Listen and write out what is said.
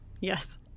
yes